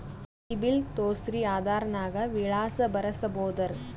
ಈ ಬಿಲ್ ತೋಸ್ರಿ ಆಧಾರ ನಾಗ ವಿಳಾಸ ಬರಸಬೋದರ?